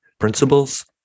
principles